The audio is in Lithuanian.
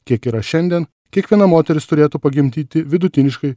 kiek yra šiandien kiekviena moteris turėtų pagimdyti vidutiniškai